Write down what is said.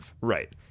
Right